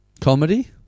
Comedy